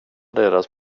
deras